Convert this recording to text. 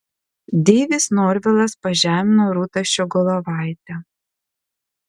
deivis norvilas pažemino rūtą ščiogolevaitę